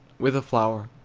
with a flower.